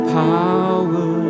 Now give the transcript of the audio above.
power